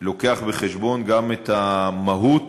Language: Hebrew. לוקח בחשבון גם את המהות